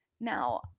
Now